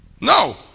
no